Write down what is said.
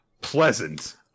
pleasant